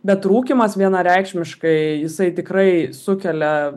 bet rūkymas vienareikšmiškai jisai tikrai sukelia